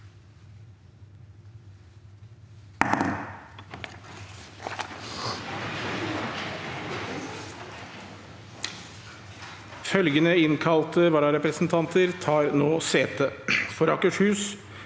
Følgende innkalte varare- presentanter tar nå sete: For Akershus